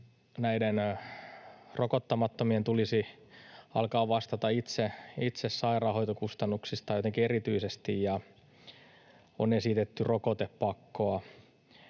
näiden rokottamattomien tulisi alkaa jotenkin erityisesti vastata itse sairaanhoitokustannuksistaan, ja on esitetty rokotepakkoa.